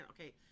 Okay